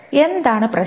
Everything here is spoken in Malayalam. എന്താണ് പ്രശ്നം